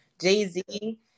Jay-Z